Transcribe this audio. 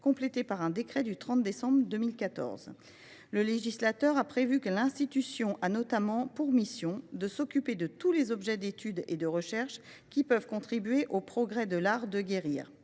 nationale de médecine du 30 décembre 2014. Le législateur a prévu que l’institution a notamment pour mission « de s’occuper de tous les objets d’étude et de recherche qui peuvent contribuer aux progrès de l’art de guérir